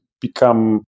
become